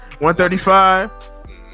135